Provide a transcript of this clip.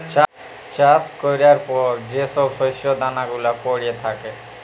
চাষ ক্যরার পর যে ছব শস্য দালা গুলা প্যইড়ে থ্যাকে